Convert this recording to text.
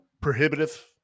prohibitive